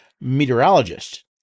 meteorologist